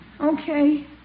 Okay